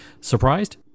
Surprised